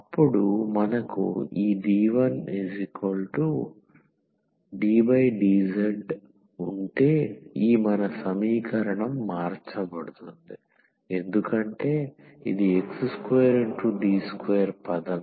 అప్పుడు మనకు ఈ D1ddz ఉంటే ఈ మన సమీకరణం మార్చబడుతుంది ఎందుకంటే ఇది x2D2 పదం